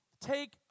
take